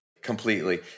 Completely